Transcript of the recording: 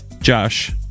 Josh